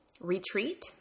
retreat